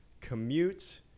commute